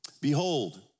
Behold